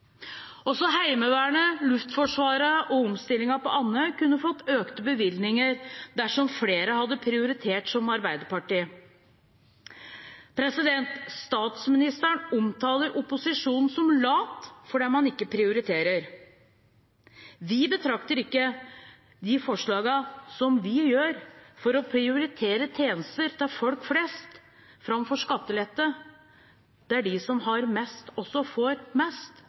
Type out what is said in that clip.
Også Heimevernet, Luftforsvaret og omstillingen på Andøya kunne fått økte bevilgninger dersom flere hadde prioritert som Arbeiderpartiet. Statsministeren omtaler opposisjonen som lat fordi man ikke prioriterer. Vi betrakter ikke de forslagene som vi fremmer for å prioritere tjenester til folk flest framfor skattelette der de som har mest, også får mest,